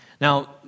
Now